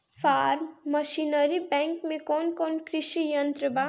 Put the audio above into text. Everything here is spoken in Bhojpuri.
फार्म मशीनरी बैंक में कौन कौन कृषि यंत्र बा?